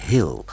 Hill